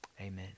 Amen